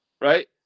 right